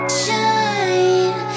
shine